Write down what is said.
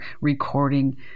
recording